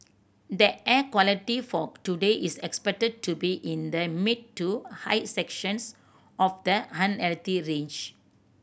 the air quality for today is expected to be in the mid to high sections of the range